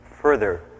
further